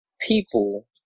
people